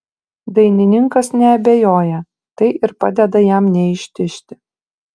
dainininkas neabejoja tai ir padeda jam neištižti